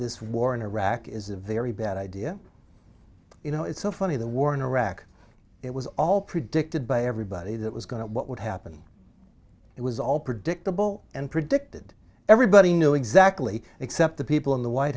this war in iraq is a very bad idea you know it's so funny the war in iraq it was all predicted by everybody that was going to what would happen it was all predictable and predicted everybody knew exactly except the people in the white